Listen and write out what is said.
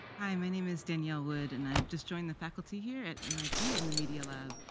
i mean name is danielle wood, and i've just joined the faculty here at mit in the media lab.